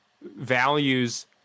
values